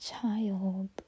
child